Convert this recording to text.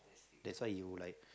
that's why you like